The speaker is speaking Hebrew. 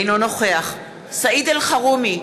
אינו נוכח סעיד אלחרומי,